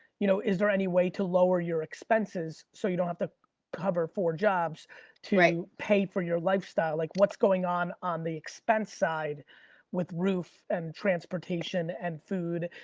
you know is there any way to lower your expenses so you don't have to cover four jobs to right. pay for your lifestyle, like what's going on on the expense side with roof and transportation and food,